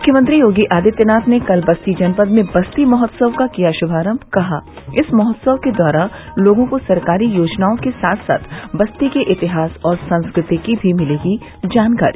मुख्यमंत्री योगी आदित्यनाथ ने कल बस्ती जनपद में बस्ती महोत्सव का किया शुभारम्भ कहा इस महोत्सव के द्वारा लोगों को सरकारी योजनाओं के साथ साथ बस्ती के इतिहास और संस्कृति की भी मिलेगी जानकारी